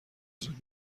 زود